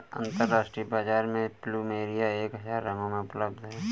अंतरराष्ट्रीय बाजार में प्लुमेरिया एक हजार रंगों में उपलब्ध हैं